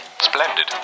splendid